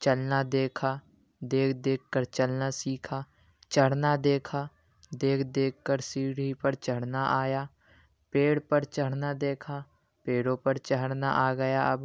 چلنا دیکھا دیکھ دیکھ کر چلنا سیکھا چڑھنا دیکھا دیکھ دیکھ کر سیڑھی پر چڑھنا آیا پیڑ پر چڑھنا دیکھا پیڑوں پر چڑھنا آ گیا اب